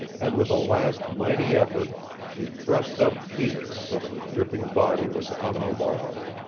and with a last mighty effort she thrust up peter so that his dripping body was on the log.